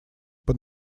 под